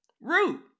Root